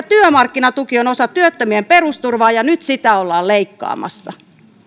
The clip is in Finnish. työmarkkinatuki on osa työttömien perusturvaa ja nyt sitä ollaan leikkaamassa